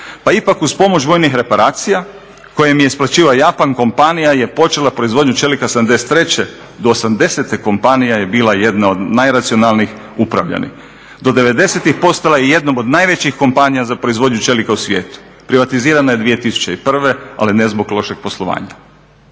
pa ipak uz pomoć vojnih reparacija koje im je isplaćivao Japan kompanija ja počela proizvodnju čelika '73. Do '80. kompanija je bila jedna od najracionalnijih upravljanih. Do '90-ih postala je jednom od najvećih kompanija za proizvodnju čelika u svijetu. Privatizirana je 2001. ali ne zbog lošeg poslovanja.